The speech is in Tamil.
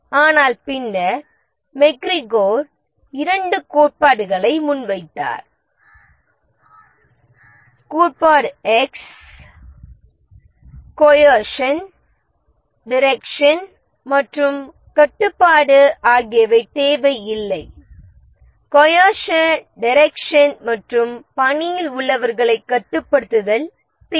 ஆனால் பின்னர் மெக் கிரகர் இரண்டு கோட்பாடுகளை முன்வைத்தார் கோட்பாடு X கோயெர்ஷ்ன் டைரெக்ஷ்ன் மற்றும் கட்டுப்பாடு ஆகியவை தேவை இல்லை கோயெர்ஷ்ன் டைரெக்ஷ்ன் மற்றும் பணியில் உள்ளவர்களைக் கட்டுப்படுத்துதல் தேவை